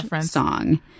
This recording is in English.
song